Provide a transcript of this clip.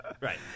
right